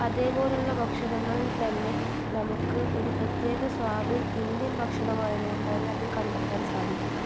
അതേപോലുള്ള ഭക്ഷണങ്ങളിൽ തന്നെ നമുക്ക് ഒരു പ്രത്യേക സ്വാദ് ഇന്ത്യൻ ഭക്ഷണമായതുകൊണ്ട് തന്നെ അതിൽ കണ്ടെത്താൻ സാധിക്കും